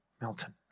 Milton